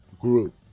group